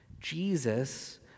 Jesus